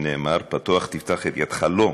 שנאמר 'פתֹח תפתח את ידך לו',